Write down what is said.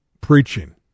preaching